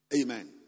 Amen